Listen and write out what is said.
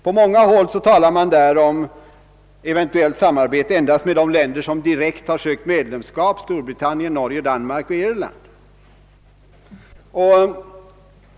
På många håll talar man där om eventuellt samarbete endast med de länder som direkt har sökt medlemskap, Storbritannien, Norge, Danmark och Irland.